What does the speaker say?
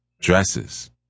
dresses